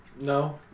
No